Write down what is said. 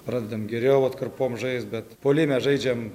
pradedam geriau atkarpom žaist bet puolime žaidžiam